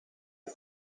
his